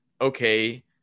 okay